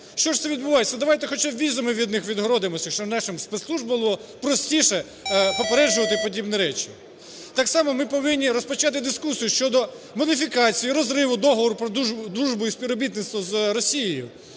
Що ж це відбувається? Давайте хоча б візами від них відгородимося, щоб нашим спецслужбам було простіше попереджувати подібні речі. Так само ми повинні розпочати дискусію щодо модифікації, розриву Договору про дружбу і співробітництво з Росією,